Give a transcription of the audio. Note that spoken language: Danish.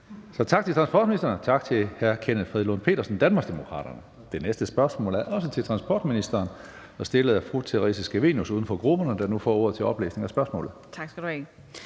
Tak til transportministeren, og tak til hr. Kenneth Fredslund Petersen, Danmarksdemokraterne. Det næste spørgsmål er også til transportministeren og er stillet af fru Theresa Scavenius, uden for grupperne. Kl. 14:49 Spm. nr. S 910 17) Til transportministeren af: